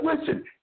listen